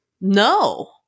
No